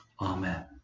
Amen